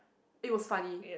it was funny